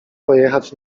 pojechać